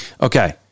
Okay